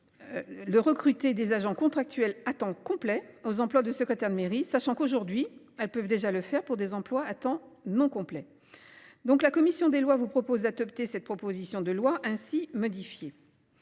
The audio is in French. Le recruter des agents contractuels à temps complet aux employes de secrétaire de mairie, sachant qu'aujourd'hui, elles peuvent déjà le faire pour des emplois à temps non complet. Donc, la commission des lois vous propose d'adopter cette proposition de loi ainsi modifiée.